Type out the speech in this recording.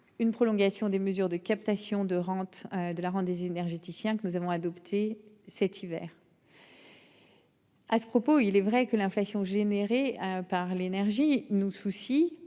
une prolongation des mesures de captation de rente de la ronde des énergéticiens que nous avons adopté cet hiver.-- À ce propos, il est vrai que l'inflation générée par l'énergie nous soucie